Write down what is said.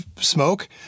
smoke